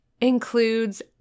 Includes